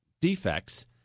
defects